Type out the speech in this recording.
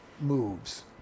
moves